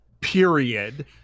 period